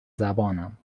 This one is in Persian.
زبانم